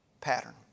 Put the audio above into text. pattern